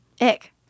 Ick